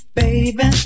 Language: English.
baby